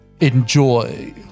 Enjoy